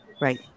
Right